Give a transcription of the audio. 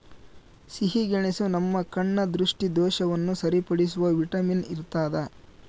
ಸಿಹಿಗೆಣಸು ನಮ್ಮ ಕಣ್ಣ ದೃಷ್ಟಿದೋಷವನ್ನು ಸರಿಪಡಿಸುವ ವಿಟಮಿನ್ ಇರ್ತಾದ